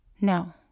No